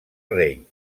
rei